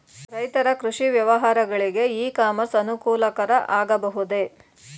ರೈತರ ಕೃಷಿ ವ್ಯವಹಾರಗಳಿಗೆ ಇ ಕಾಮರ್ಸ್ ಅನುಕೂಲಕರ ಆಗಬಹುದೇ?